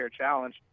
Challenge